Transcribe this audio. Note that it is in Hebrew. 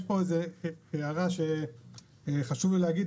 יש פה הערה שחשוב לי להגיד.